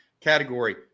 category